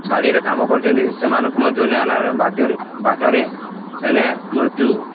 ବାଡ଼ିରେ କାମ କରୁଛନ୍ତି ସେମାନଙ୍କୁ ମଧ୍ୟ ନେଲା ବାଧ୍ୟରେ ବାଟରେ ସେନେ ମୃତ୍ୟୁ